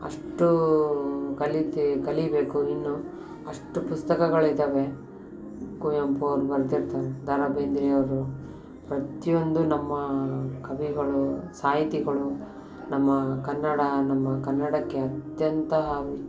ಅಷ್ಟೂ ಕಲಿತೇ ಕಲಿಯಬೇಕು ಇನ್ನೂ ಅಷ್ಟು ಪುಸ್ತಕಗಳಿದ್ದಾವೆ ಕುವೆಂಪು ಅವ್ರು ಬರ್ದಿತ್ತು ದ ರಾ ಬೇಂದ್ರೆಯವರು ಪ್ರತಿಯೊಂದು ನಮ್ಮ ಕವಿಗಳು ಸಾಹಿತಿಗಳು ನಮ್ಮ ಕನ್ನಡ ನಮ್ಮ ಕನ್ನಡಕ್ಕೆ ಅತ್ಯಂತ